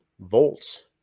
Volts